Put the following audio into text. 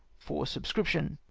for subscription.